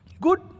Good